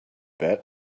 bet